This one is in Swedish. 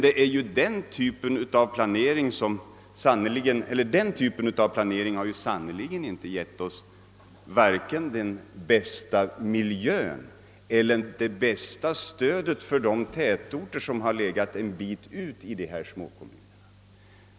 Men den typen av planering har sannerligen inte gett oss vare sig den bästa miljön eller det bästa stödet för de tätorter som legat en bit ut i dessa småkommuner.